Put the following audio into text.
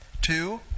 Two